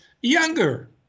younger